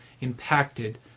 impacted